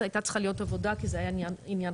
זו הייתה צריכה להיות עבודה כי זה היה עניין חוקי,